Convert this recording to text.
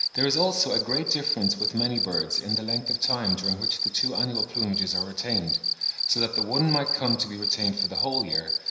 there is also a great difference with many birds in the length of time during which the two annual plumages are retained so that the one might come to be retained for the whole year,